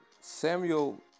Samuel